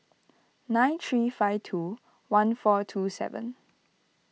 nine three five two one four two seven